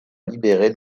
libérée